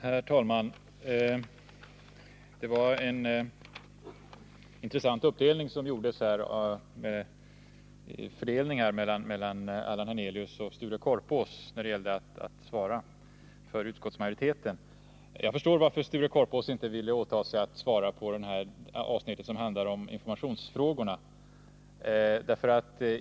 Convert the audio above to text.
Herr talman! Det var en intressant uppdelning som gjordes mellan Allan Hernelius och Sture Korpås när det gällde att svara för utskottsmajoriteten. Jag förstår varför Sture Korpås inte ville åta sig att svara beträffande det avsnitt som handlar om informationsfrågorna.